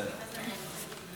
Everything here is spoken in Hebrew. שאת מטפלת בו לא מהיום.